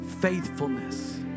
Faithfulness